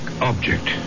object